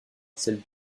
celle